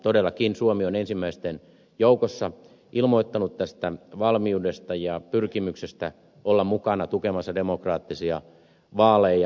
todellakin suomi on ensimmäisten joukossa ilmoittanut tästä valmiudesta ja pyrkimyksestä olla mukana tukemassa demokraattisia vaaleja